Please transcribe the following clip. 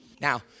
Now